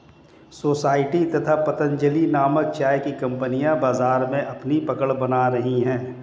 society तथा पतंजलि नामक चाय की कंपनियां बाजार में अपना पकड़ बना रही है